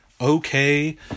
okay